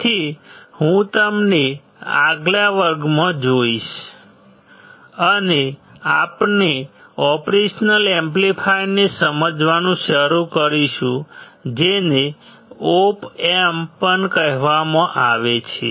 તેથી હું તમને આગલા વર્ગમાં જોઈશ અને આપણે ઓપરેશનલ એમ્પ્લીફાયર્સને સમજવાનું શરૂ કરીશું જેને ઓપ એમ્પ્સ પણ કહેવામાં આવે છે